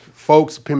Folks